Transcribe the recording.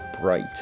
bright